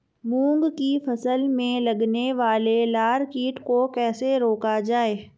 मूंग की फसल में लगने वाले लार कीट को कैसे रोका जाए?